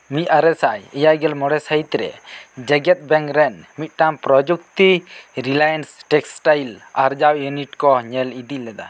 ᱢᱤᱫ ᱟᱨᱮᱥᱟᱭ ᱮᱭᱟᱜᱮᱞ ᱢᱚᱬᱮ ᱥᱟᱹᱦᱤᱛ ᱨᱮ ᱡᱮᱜᱮᱛ ᱵᱮᱝᱠ ᱨᱮᱱ ᱢᱤᱫᱴᱟᱝ ᱯᱨᱚᱡᱩᱠᱛᱤ ᱨᱤᱞᱟᱭᱤᱥ ᱴᱮᱠᱥᱴᱟᱭᱤᱞ ᱟᱨᱡᱟᱣ ᱩᱱᱤᱴ ᱠᱚ ᱧᱮᱞ ᱤᱫᱤ ᱞᱮᱫᱟ